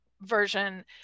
version